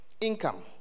Income